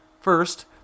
First